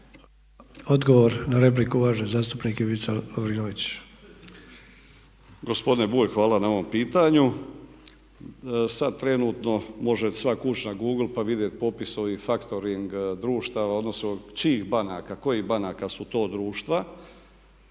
Odgovor na repliku, uvaženi zastupnik Željko Jovanović.